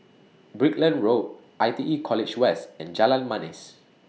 Brickland Road I T E College West and Jalan Manis